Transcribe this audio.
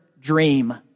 dream